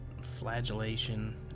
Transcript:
flagellation